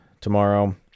tomorrow